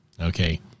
Okay